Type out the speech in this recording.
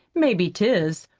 maybe tis.